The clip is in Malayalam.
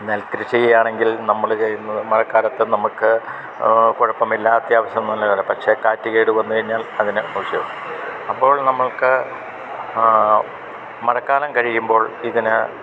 നെൽ കൃഷി ചെയ്യാണെങ്കിൽ നമ്മൾ ചെയ്യുന്നത് മഴക്കാലത്ത് നമുക്ക് കുഴപ്പമില്ല അത്യാവശ്യം നല്ലതാണ് പക്ഷേ കാറ്റ് കേട് വന്ന് കഴിഞ്ഞാൽ അതിന് മോശമാവും അപ്പോൾ നമ്മൾക്ക് മഴക്കാലം കഴിയുമ്പോൾ ഇതിന്